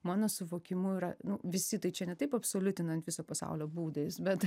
mano suvokimu yra visi tai čia ne taip absoliutinant viso pasaulio būdais bet